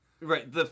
Right